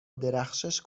درخشش